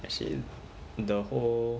as in the whole